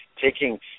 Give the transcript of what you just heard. taking